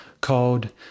called